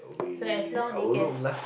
so as long they can